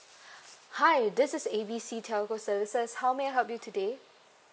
hi this is A B C telco services how may I help you today